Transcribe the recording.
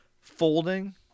folding